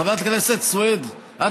חברת הכנסת סוֵיד, סוִיד.